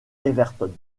everton